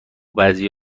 بعضی